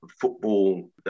football